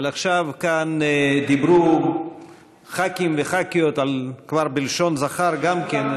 אבל עכשיו כאן דיברו ח"כים וח"כיות כבר בלשון זכר גם כן,